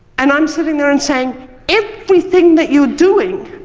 and i'm sitting there and saying everything that you're doing